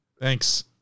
Thanks